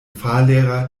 fahrlehrer